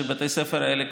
שבתי ספר האלה,